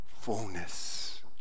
fullness